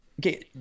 Okay